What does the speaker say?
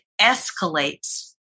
escalates